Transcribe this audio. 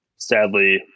sadly